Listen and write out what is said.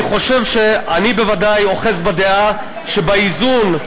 אני בוודאי אוחז בדעה שבאיזון,